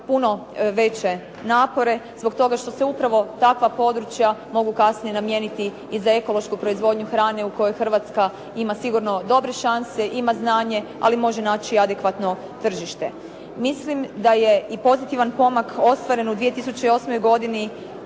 puno veće napore zbog toga što se upravo takva područja mogu kasnije namijeniti i za ekološku proizvodnju hrane u kojoj Hrvatska ima sigurno dobre šanse, ima znanje, ali može naći i adekvatno tržište. Mislim da je i pozitivan pomak ostvaren u 2008. godini